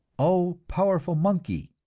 oh, powerful monkey!